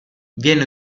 viene